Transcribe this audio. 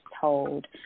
told